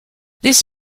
this